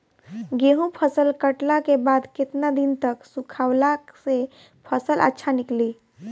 गेंहू फसल कटला के बाद केतना दिन तक सुखावला से फसल अच्छा निकली?